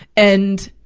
and,